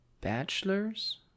bachelor's